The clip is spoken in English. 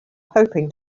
hoping